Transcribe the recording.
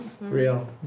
Real